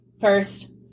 First